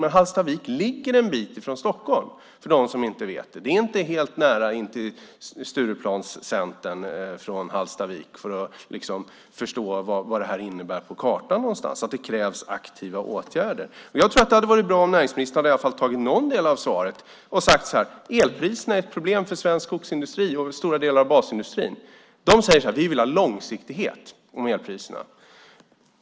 Men Hallstavik ligger en bit från Stockholm - detta sagt ifall någon inte vet det. Det är inte helt nära in till Stureplanscentern från Hallstavik. Jag säger det för att man ska förstå vad det här innebär på kartan. Det krävs aktiva åtgärder. Jag tror att det hade varit bra om näringsministern i alla fall i någon del av svaret sade att elpriserna är ett problem för svensk skogsindustri och för stora delar av basindustrin. Där säger man när det gäller elpriserna: Vi vill ha långsiktighet.